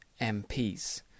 MPs